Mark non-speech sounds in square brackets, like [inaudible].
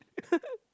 [laughs]